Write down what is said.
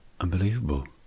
Unbelievable